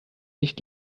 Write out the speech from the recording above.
nicht